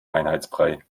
einheitsbrei